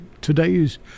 today's